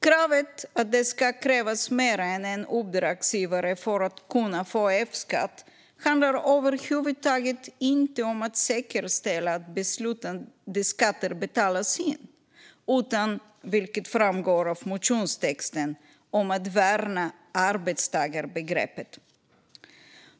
Kravet att det ska krävas mer än en uppdragsgivare för att kunna få F-skatt handlar över huvud taget inte om att säkerställa att beslutade skatter betalas in, utan, vilket framgår av motionstexten, om att värna arbetstagarbegreppet.